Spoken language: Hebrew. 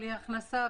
בלי הכנסה,